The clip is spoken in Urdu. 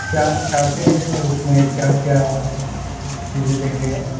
کیا چارجز ہیں اور اُس میں کیا کیا چیزیں دیں گے آپ